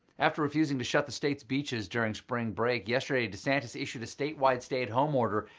after refusing to shut the state's beaches during spring break, yesterday desantis issued a statewide stay-at-home order,